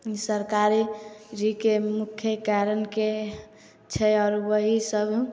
सरकारी जेके मुख्य कारणके छै आओर ओहि सब